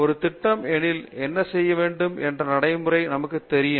ஒரு திட்டம் எனில் என்ன செய்ய வேண்டும் என்ற நடைமுறை நமக்கு தெரியும்